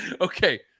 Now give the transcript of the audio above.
okay